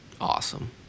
Awesome